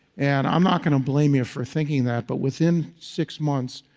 and i'm not going to blame you for thinking that but within six months,